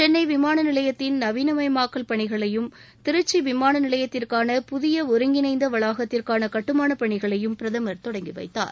சென்னை விமான நிலையத்தின் நவீனமயமாக்கல் பணிகளையும் திருக்சி விமான நிலையத்திற்கான புதிய ஒருங்கிணைந்த வளாகத்திற்கான கட்டுமானப் பணிகளையும் பிரதமர் தொடங்கி வைத்தார்